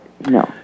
No